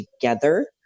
together